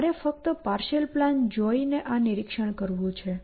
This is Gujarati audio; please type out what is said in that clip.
મારે ફક્ત પાર્શિઅલ પ્લાન જોઈ ને આ નિરીક્ષણ કરવું છે